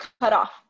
cutoff